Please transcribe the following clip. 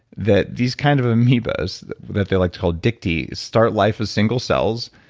that these kind of amoebas that they like to call dictys, start life as single cells,